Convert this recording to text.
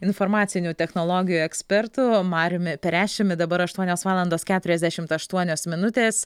informacinių technologijų ekspertu mariumi pareščiumi dabar aštuonios valandos keturiasdešimt aštuonios minutės